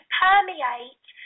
permeate